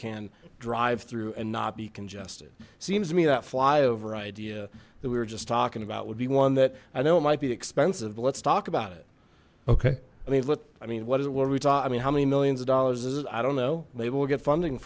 can drive through and not be congested seems to me that flyover idea that we were just talking about would be one that i know it might be expensive but let's talk about it okay i mean look i mean what is where we talk i mean how many millions of dollars is it i don't know maybe we'll get funding